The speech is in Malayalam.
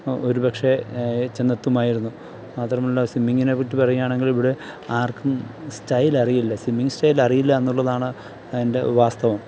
ഒരു പക്ഷേ ചെന്നെത്തുമായിരുന്നു മാത്രമല്ല സ്വിമ്മിങ്ങിനെ പറ്റി പറയുകയാണെങ്കിൽ ഇവിടെ ആർക്കും സ്റ്റൈൽ അറിയില്ല സിമ്മിംഗ് സ്റ്റൈൽ അറിയില്ല എന്നുള്ളതാണ് അതിൻ്റെ വാസ്തവം